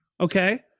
Okay